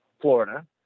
Florida –